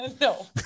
No